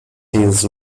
his